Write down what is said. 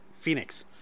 Phoenix